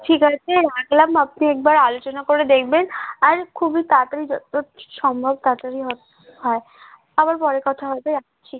ঠিক আছে রাখলাম আপনি একবার আলোচনা করে দেখবেন আর খুবই তাড়াতাড়ি যতো সম্ভব তাড়াতাড়ি হ হয় আবার পরে কথা হবে রাখছি